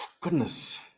goodness